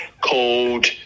called